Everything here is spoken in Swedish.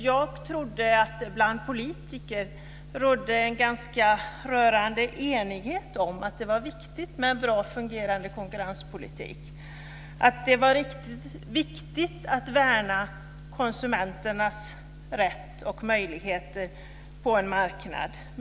Jag trodde att det bland politiker rådde en ganska rörande enighet om att det var viktigt med en väl fungerande konkurrenspolitik, att det var viktigt att värna konsumenternas rätt och möjligheter på en marknad.